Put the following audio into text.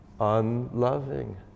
unloving